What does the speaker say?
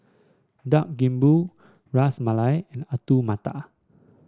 Dak Galbi Ras Malai and Alu Matar